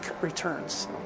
returns